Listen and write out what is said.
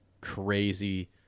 crazy